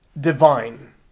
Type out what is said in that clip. divine